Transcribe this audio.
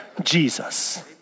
Jesus